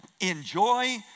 enjoy